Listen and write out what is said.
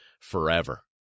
forever